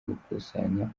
gukusanya